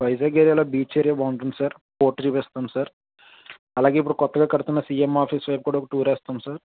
వైజాగ్ ఏరియాలో beach area బాగుంటుంది sir port చూపిస్తాం సార్ అలాగే ఇప్పుడు కొత్తగా కడుతున్న సీఏం ఆఫీస్ సైడ్ కూడా ఒక టూర్ వేస్తాం సార్